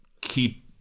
keep